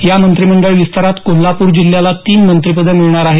या मंत्रिमंडळ विस्तारात कोल्हापूर जिल्ह्याला तीन मंत्रिपदं मिळणार आहेत